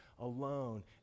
alone